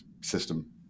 system